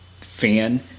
fan